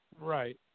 Right